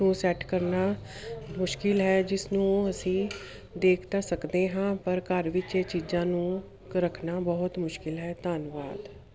ਨੂੰ ਸੈਟ ਕਰਨਾ ਮੁਸ਼ਕਲ ਹੈ ਜਿਸ ਨੂੰ ਅਸੀਂ ਦੇਖ ਤਾਂ ਸਕਦੇ ਹਾਂ ਪਰ ਘਰ ਵਿੱਚ ਇਹ ਚੀਜ਼ਾਂ ਨੂੰ ਰੱਖਣਾ ਬਹੁਤ ਮੁਸ਼ਕਲ ਹੈ ਧੰਨਵਾਦ